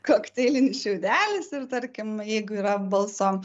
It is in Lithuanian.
kokteilinis šiaudelis ir tarkim jeigu yra balso